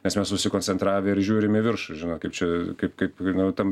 nes mes susikoncentravę ir žiūrim į viršų žinot kaip čia kaip kaip nu tam